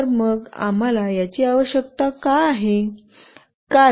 तर मग आम्हाला याची आवश्यकता का आहे